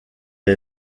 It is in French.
est